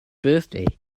birthday